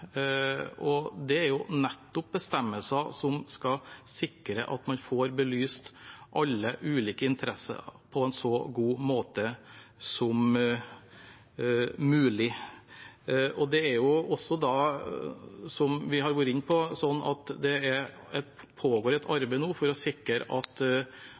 og det er nettopp bestemmelser som skal sikre at man får belyst alle ulike interesser på en så god måte som mulig. Det er også, som vi har vært inne på, sånn at det pågår et arbeid nå for å sikre at